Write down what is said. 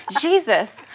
Jesus